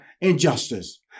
injustice